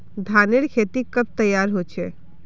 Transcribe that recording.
धानेर खेती कब तैयार होचे?